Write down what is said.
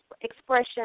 expression